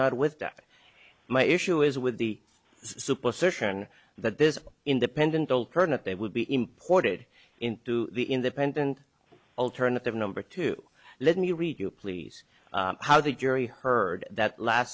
that my issue is with the superstition that this independent alternative would be imported into the independent alternative number two let me read you please how the jury heard that last